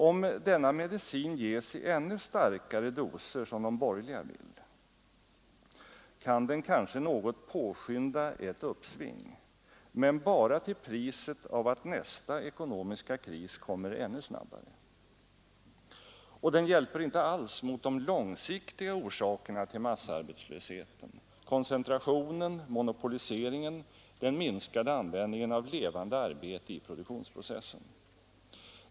Om denna medicin ges i ännu starkare doser, som de borgerliga vill, kan den kanske något påskynda ett uppsving, men bara till priset av att nästa ekonomiska kris kommer ännu snabbare. Och den hjälper inte alls mot de långsiktiga orsakerna till massarbetslösheten — koncentrationen, monopoliseringen, den minskade användningen av levande arbete i produktionsprocessen.